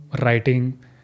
writing